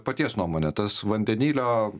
paties nuomone tas vandenilio